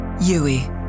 Yui